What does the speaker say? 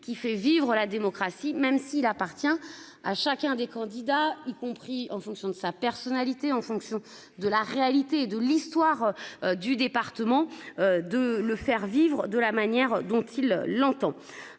qui fait vivre la démocratie même s'il appartient à chacun des candidats y compris en fonction de sa personnalité en fonction de la réalité de l'histoire du département. De le faire vivre, de la manière dont il l'entend.